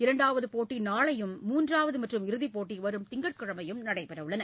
இரண்டாவது போட்டி நாளையும் மூன்றாவது மற்றும் இறுதிப் போட்டி வரும் திங்கட்கிழமையும் நடைபெறவுள்ளன